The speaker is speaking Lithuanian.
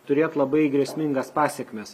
turėt labai grėsmingas pasekmes